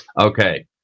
Okay